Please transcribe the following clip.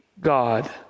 God